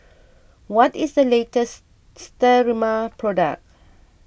what is the latest Sterimar product